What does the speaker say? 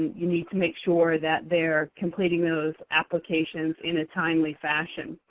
you need to make sure that they're completing those applications in a timely fashion.